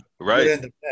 right